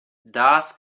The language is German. das